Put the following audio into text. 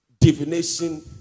divination